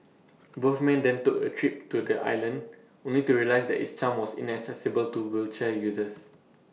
both men then took A trip to the island only to realise that its charm was inaccessible to wheelchair users